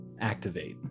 activate